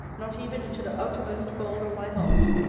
not even into the outermost fold of my heart.